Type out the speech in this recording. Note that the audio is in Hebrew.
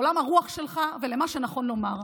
לעולם הרוח שלך ולמה שנכון לומר.